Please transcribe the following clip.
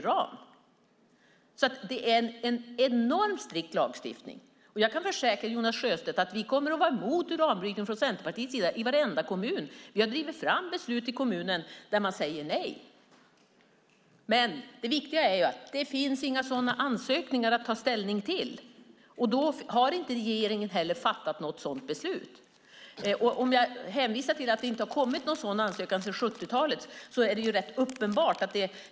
Lagstiftningen är enormt strikt. Jag kan försäkra Jonas Sjöstedt att Centerpartiet kommer att vara mot uranbrytning i varenda kommun. Vi har drivit fram beslut i kommuner där man säger nej. Det viktiga är dock att det inte finns några sådana ansökningar att ta ställning till, och därför har regeringen inte heller fattat något sådant beslut. Det har inte kommit någon sådan ansökan sedan 70-talet.